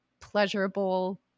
pleasurable